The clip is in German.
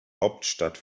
hauptstadt